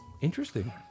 Interesting